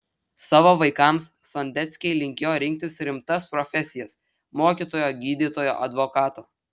savo vaikams sondeckiai linkėjo rinktis rimtas profesijas mokytojo gydytojo advokato